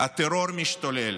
הטרור משתולל,